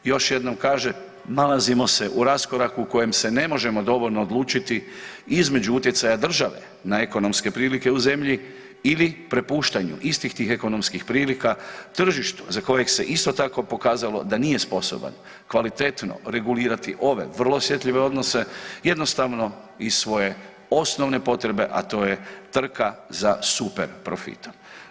Još jednom kaže, nalazimo se u raskoraku u kojem se ne možemo dovoljno odlučiti između utjecaja države na ekonomske prilike u zemlji ili prepuštanju istih tih ekonomskih prilika tržištu za kojeg se isto tako pokazalo da nije sposoban kvalitetno regulirati ove vrlo osjetljive odnose, jednostavno iz svoje osnovne potrebe, a to je trka za super profitom.